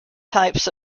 types